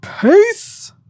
peace